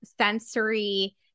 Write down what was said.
sensory